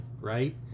right